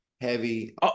heavy